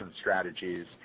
strategies